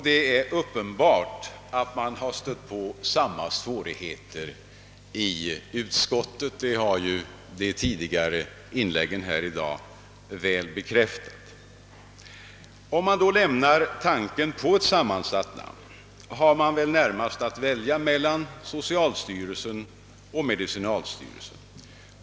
Det är uppenbart att man i utskottet har stött på samma svårigheter; det har ju de tidigare inläggen här i dag bekräftat. Om man då lämnar tanken på ett sammansatt namn har man väl närmast att välja mellan »socialstyrelsen» och »medicinalstyrelsen».